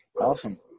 Awesome